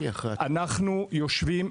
שאנחנו יושבים.